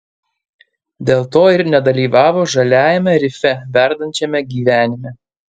dėl to ir nedalyvavo žaliajame rife verdančiame gyvenime